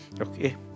Okay